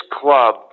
club